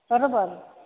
परबल